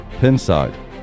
Pinside